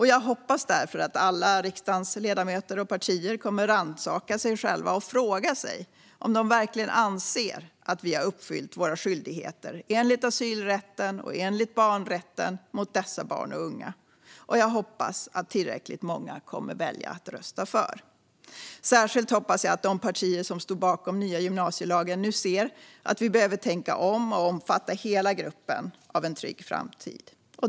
Jag hoppas därför att riksdagens alla ledamöter och partier kommer att rannsaka sig själva och fråga sig om de verkligen anser att vi har uppfyllt våra skyldigheter enligt asylrätten och enligt barnrätten mot dessa barn och unga. Och jag hoppas att tillräckligt många kommer att välja att rösta för. Särskilt hoppas jag att de partier som stod bakom den nya gymnasielagen nu ser att vi behöver tänka om och låta hela gruppen omfattas av en trygg framtid.